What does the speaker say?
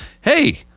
Hey